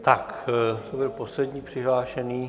To byl poslední přihlášený...